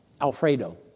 Alfredo